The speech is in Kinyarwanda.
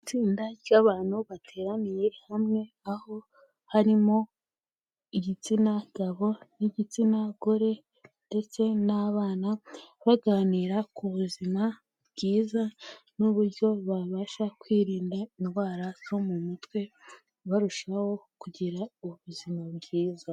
Itsinda ry'abantu bateraniye hamwe aho harimo igitsina gabo n'igitsina gore ndetse n'abana, baganira ku buzima bwiza n'uburyo babasha kwirinda indwara zo mu mutwe, barushaho kugira ubuzima bwiza.